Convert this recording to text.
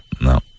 No